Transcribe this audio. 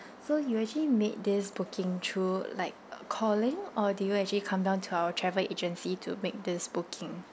so you actually made this booking through like uh calling or do you actually come down to our travel agency to make this booking